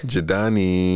Jadani